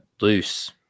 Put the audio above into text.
loose